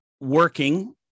working